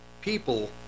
people